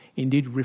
indeed